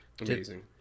Amazing